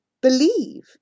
believe